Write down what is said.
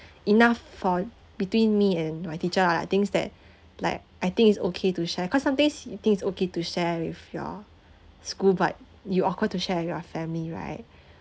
enough for between me and my teacher ah like things that like I think it's okay to share cause sometimes you think it's okay to share with your school but you awkward to share your family right